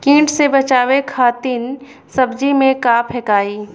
कीट से बचावे खातिन सब्जी में का फेकाई?